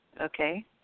Okay